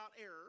error